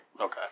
Okay